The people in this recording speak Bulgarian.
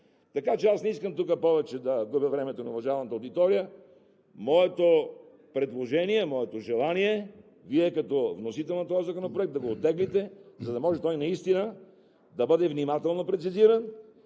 Така че аз тук не искам повече да губя времето на уважаваната аудитория. Моето предложение, моето желание, е Вие като вносители на този законопроект да го оттеглите, за да може той наистина да бъде внимателно прецизиран